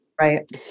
Right